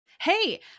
Hey